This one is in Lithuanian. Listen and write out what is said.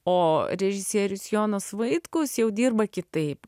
o režisierius jonas vaitkus jau dirba kitaip